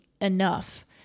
enough